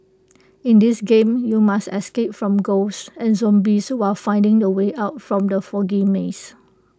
in this game you must escape from ghosts and zombies while finding the way out from the foggy maze